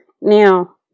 Now